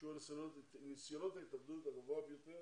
שיעור ניסיונות ההתאבדות הגבוה ביותר